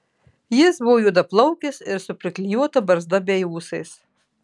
jis buvo juodaplaukis ir su priklijuota barzda bei ūsais